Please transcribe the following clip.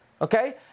okay